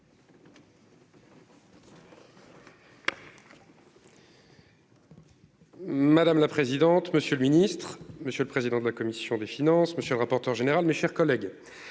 Madame la présidente, monsieur le ministre, monsieur le président de la commission des finances, monsieur le rapporteur général, mes chers collègues.